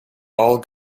all